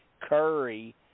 Curry